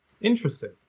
Interesting